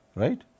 right